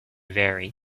vary